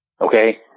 Okay